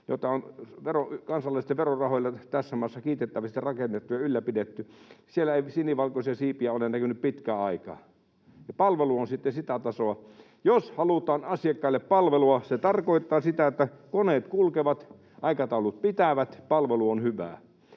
joita on kansalaisten verorahoilla tässä maassa kiitettävästi rakennettu ja ylläpidetty, ei sinivalkoisia siipiä ole näkynyt pitkään aikaan, ja palvelu on sitten sitä tasoa. Jos halutaan asiakkaille palvelua, se tarkoittaa sitä, että koneet kulkevat, aikataulut pitävät, palvelu on hyvää.